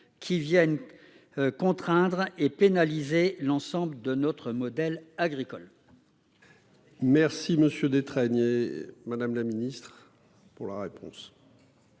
qui viennent. Contraindre et pénaliser l'ensemble de notre modèle agricole. Merci Monsieur Détraigne et Madame la Ministre. Pour la réponse.